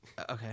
Okay